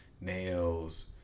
nails